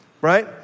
Right